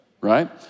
right